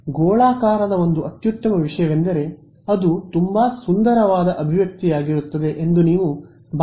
ಆದ್ದರಿಂದ ಗೋಳಾಕಾರದ ಒಂದು ಅತ್ಯುತ್ತಮ ವಿಷಯವೆಂದರೆ ಅದು ತುಂಬಾ ಸುಂದರವಾದ ಅಭಿವ್ಯಕ್ತಿಯಾಗಿರುತ್ತದೆ ಎಂದು ನೀವು ಭಾವಿಸುತ್ತೀರ